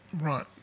Right